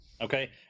Okay